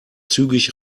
zügig